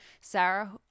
Sarah